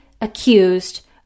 accused